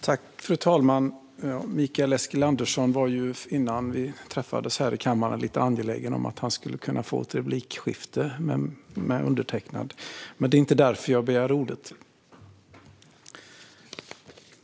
Fru talman! Mikael Eskilandersson var innan vi träffades här i kammaren lite angelägen om att få ett replikskifte med undertecknad, men det är inte därför jag begär ordet.